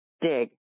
dig